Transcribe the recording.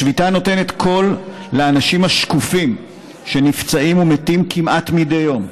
השביתה נותנת קול לאנשים השקופים שנפצעים ומתים כמעט מדי יום,